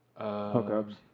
Hookups